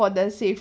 for the safety